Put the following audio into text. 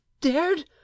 dared